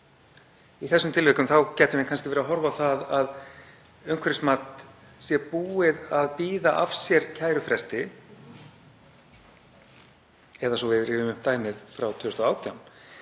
Í þessum tilvikum gætum við kannski verið að horfa á það að umhverfismat sé búið að bíða af sér kærufresti. Svo að við rifjum upp dæmið frá 2018